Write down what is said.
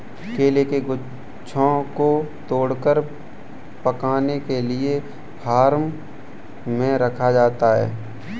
केले के गुच्छों को तोड़कर पकाने के लिए फार्म में रखा जाता है